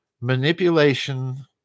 manipulation